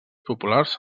populars